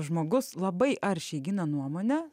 žmogus labai aršiai gina nuomonę